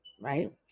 right